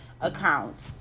account